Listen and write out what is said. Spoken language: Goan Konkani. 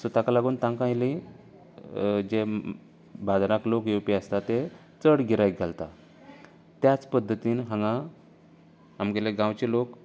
सो ताका लागून तांका इल्ली जे बाजरांत लोक येवपी आसता तें चड गिरायक घालता त्याच पद्दतीन हांगा आमगेले गांवचे लोक